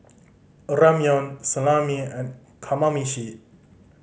Ramyeon Salami and Kamameshi